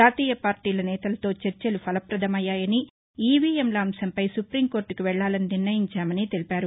జాతీయ పార్టీల నేతలతో చర్చలు ఫలప్రదం అయ్యాయని ఈవీఎంల అంశంపై సుప్రీంకోర్టుకు వెళ్లాలని నిర్ణయించామని తెలిపారు